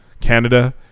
Canada